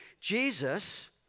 Jesus